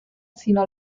sino